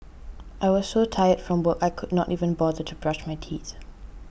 I was so tired from work I could not even bother to brush my teeth